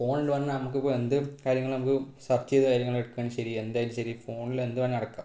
ഫോണില് വന്നാൽ നമുക്ക് ഇപ്പോൾ എന്ത് കാര്യങ്ങളും നമുക്ക് സെര്ച്ച് ചെയ്ത് കാര്യങ്ങള് എടുക്കാം ശരി എന്തായാലും ശരി ഫോണില് എന്ത് വേണേലും നടക്കാം